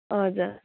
हजुर